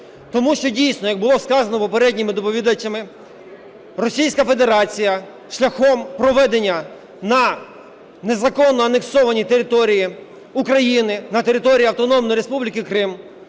Тому що, дійсно, як було сказано попередніми доповідачами, Російська Федерація шляхом проведення на незаконно анексованій території України - на території Автономної Республіки Крим